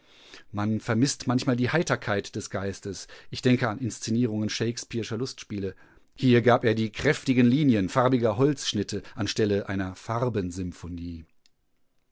man vermißt manchmal die heiterkeit des geistes ich denke an inszenierungen shakespeare'scher lustspiele hier gab er die kräftigen linien farbiger holzschnitte anstelle einer